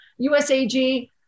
USAG